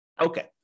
Okay